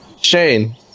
Shane